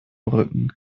rücken